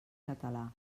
català